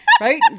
right